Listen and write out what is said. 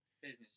Business